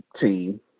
team